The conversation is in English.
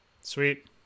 Sweet